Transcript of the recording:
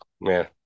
man